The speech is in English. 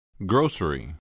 Grocery